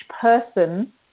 person